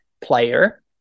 player